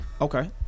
okay